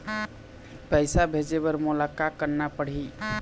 पैसा भेजे बर मोला का करना पड़ही?